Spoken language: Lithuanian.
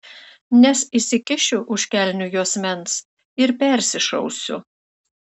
nes įsikišiu už kelnių juosmens ir persišausiu